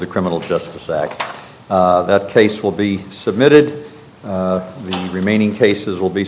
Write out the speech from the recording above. the criminal justice act that case will be submitted the remaining cases will be